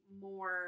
more